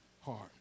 heart